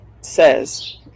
says